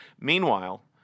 Meanwhile